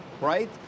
right